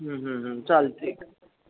चालतं आहे